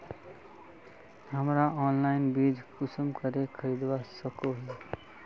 हमरा ऑनलाइन बीज कुंसम करे खरीदवा सको ही?